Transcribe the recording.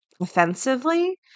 offensively